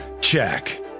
Check